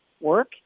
work